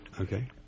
Okay